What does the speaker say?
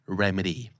remedy